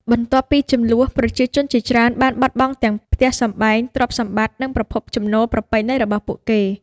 បន្ទាប់ពីជម្លោះ ប្រជាជនជាច្រើនបានបាត់បង់ទាំងផ្ទះសម្បែង ទ្រព្យសម្បត្តិ និងប្រភពចំណូលប្រពៃណីរបស់ពួកគេ។